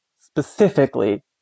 specifically